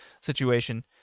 situation